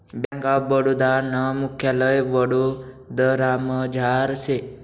bank of Baroda नं मुख्यालय वडोदरामझार शे